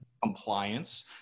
compliance